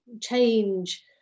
change